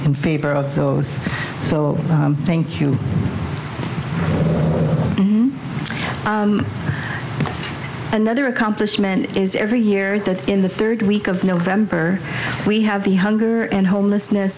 in favor of those so thank you another accomplishment is every year that in the third week of november we have the hunger and homelessness